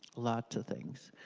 lots of things.